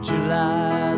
July